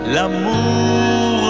L'amour